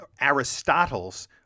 Aristotle's